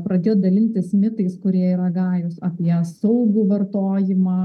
pradėjo dalintis mitais kurie yra gajūs apie saugų vartojimą